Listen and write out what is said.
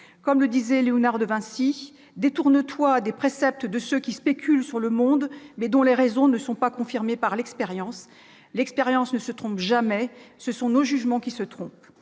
Comme le disait Léonard de Vinci :« Détourne-toi des préceptes de ceux qui spéculent sur le monde, mais dont les raisons ne sont pas confirmées par l'expérience. L'expérience ne se trompe jamais, ce sont nos jugements qui se trompent.